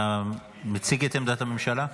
אתה מציג את עמדת הממשלה?